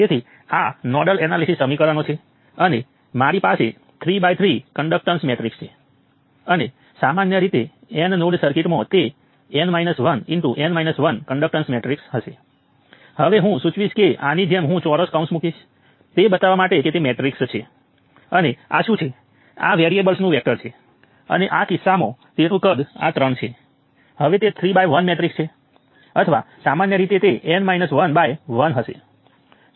તેથી હવે આપણે નોડલ એનાલિસિસ ઈક્વેશનો સેટ કર્યા છે અને નોડ વોલ્ટેજના અજાણ્યા વેક્ટર માટે સોલ્વ કર્યું છે બાકીનું બધું ખૂબ સરળ છે અને સામાન્ય રીતે સોંપણીની સમસ્યાઓમાં અને તેથી વધુ તમને દરેક બ્રાન્ચ વોલ્ટેજની અને દરેક બ્રાન્ચ કરંટની ગણતરી કરવા માટે કહેવામાં આવશે નહીં પરંતુ કેટલાક વિશિષ્ટ ઈક્વેશનો કે જેના માટે તમે પહેલેથી જ ઉકેલેલા વોલ્ટેજ V1 અને V2 નો ઉપયોગ કરીને ગણતરી કરી શકો છો